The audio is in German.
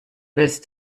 willst